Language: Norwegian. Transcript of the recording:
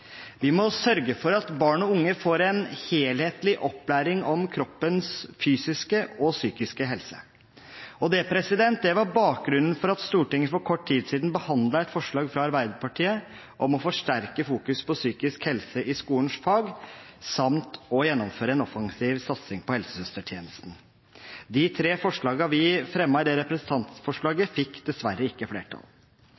Vi må sørge for at barn og unge får en helhetlig opplæring om kroppens fysiske og psykiske helse. Det var bakgrunnen for at Stortinget for kort tid siden behandlet et representantforslag fra Arbeiderpartiet om å forsterke fokus på psykisk helse i skolens fag samt å gjennomføre en offensiv satsing på helsesøstertjenesten. De tre forslagene vi fremmet i innstillingen til det representantforslaget,